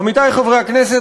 עמיתי חברי הכנסת,